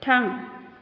थां